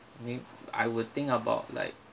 me~ I will think about like